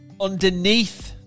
underneath